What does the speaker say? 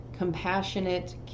compassionate